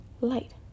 light